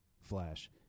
Flash